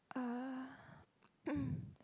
uh